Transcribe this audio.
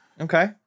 Okay